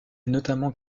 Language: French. notamment